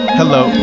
Hello